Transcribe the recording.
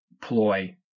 ploy